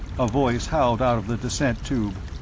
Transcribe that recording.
a voice howled out of the descent tube.